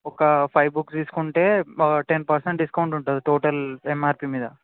ఒక five books తీసుకుంటే ten percent discount ఉంటుంది టోటల్ ఎమ్ఆర్పీ మీద